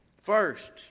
First